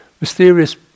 mysterious